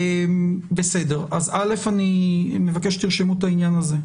אני מבקש שתרשמו את העניין הזה.